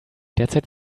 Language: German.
derzeit